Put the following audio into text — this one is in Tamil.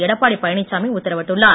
எடப்பாடி பழனிச்சாமி உத்திரவிட்டுள்ளார்